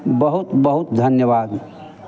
बहुत बहुत धन्यवाद